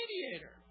mediator